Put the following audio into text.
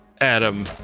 Adam